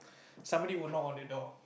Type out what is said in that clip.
somebody would knock on the door